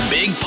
Big